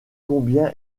combien